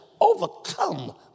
overcome